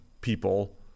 people